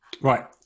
right